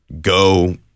go